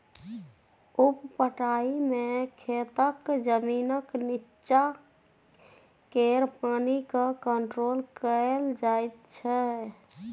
उप पटाइ मे खेतक जमीनक नीच्चाँ केर पानि केँ कंट्रोल कएल जाइत छै